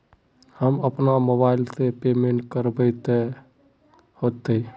हम अपना मोबाईल से पेमेंट करबे ते होते?